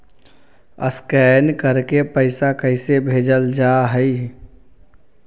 Scan करके पैसा कैसे भेजल जा हइ?